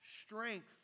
strength